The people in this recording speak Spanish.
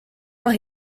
más